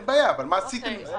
אין בעיה, אבל מה עשיתם עם זה?